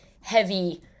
heavy